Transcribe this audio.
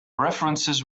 references